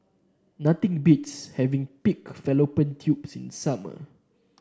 nothing beats having Pig Fallopian Tubes in the summer